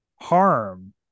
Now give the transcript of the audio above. harm